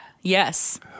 Yes